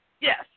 yes